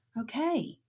okay